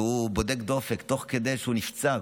והוא בודק דופק תוך כדי שהוא נפצע,